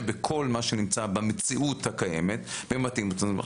בכל מה שנמצא במציאות הקיימת ומתאים את זה.